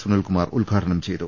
സുനിൽകുമാർ ഉദ്ഘാടനം ചെയ്തു